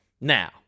Now